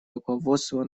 руководство